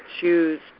choose